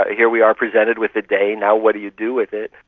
ah here we are presented with the day, now what do you do with it?